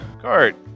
Cart